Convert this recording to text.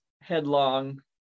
headlong